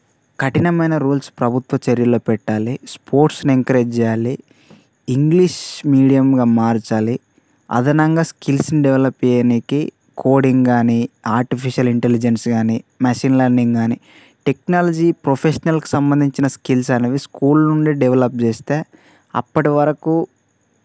కఠినమైన రూల్స్ ప్రభుత్వ చర్యలు పెట్టాలి స్పోర్ట్స్ ఎంకరేజ్ చేయాలి ఇంగ్లీష్ మీడియంగా మార్చాలి అదనంగా స్కిల్స్ డెవలప్ చేయడానికీ కోడింగ్కానీ ఆర్టిఫిషియల్ ఇంటెలిజెన్స్ కానీ మెషిన్ లర్నింగ్ కానీ టెక్నాలజీ ప్రొఫెషనల్కు సంబంధించిన స్కిల్స్ అనేవి స్కూల్ నుండి డెవలప్ చేస్తే అప్పటివరకు